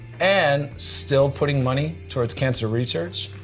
and still putting money towards cancer research.